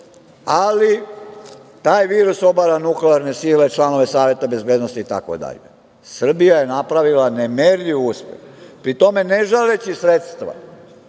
ali taj virus obara nuklearne sile, članove Saveta bezbednosti itd. Srbija je napravila nemerljiv uspeh, pri tome ne žaleći sredstva